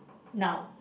now